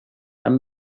amb